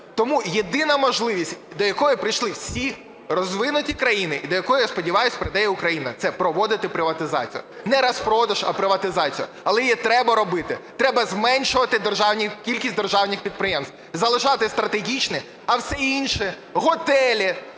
Тому єдина можливість, до якої прийшли всі розвинуті країни, і до якої я сподіваюся, прийде і Україна, – це проводити приватизацію. Не розпродаж, а приватизацію, але її треба робити. Треба зменшувати кількість державних підприємств і залишати стратегічні, а все інше – готелі,